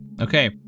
Okay